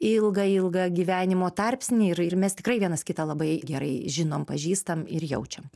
ilgą ilgą gyvenimo tarpsnį ir ir mes tikrai vienas kitą labai gerai žinom pažįstam ir jaučiam